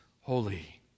holy